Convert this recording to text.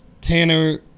Tanner